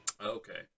Okay